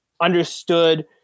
understood